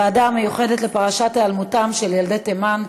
לוועדה המיוחדת לפרשת היעלמותם של ילדי תימן,